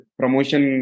promotion